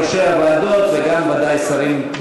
ראשי הוועדות וגם ודאי שרים,